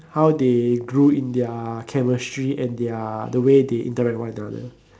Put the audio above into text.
how they grew in their chemistry and their the way they interact with one another